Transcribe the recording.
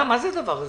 מה זה הדבר הזה?